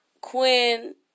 Quinn